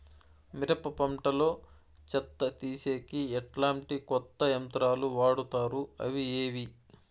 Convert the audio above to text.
మిరప పంట లో చెత్త తీసేకి ఎట్లాంటి కొత్త యంత్రాలు వాడుతారు అవి ఏవి?